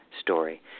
story